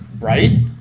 right